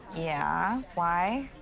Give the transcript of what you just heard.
yeah, why?